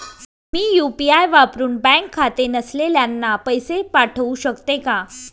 मी UPI वापरुन bank खाते नसलेल्यांना पैसे पाठवू शकते का?